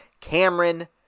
Cameron